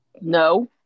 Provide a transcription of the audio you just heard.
no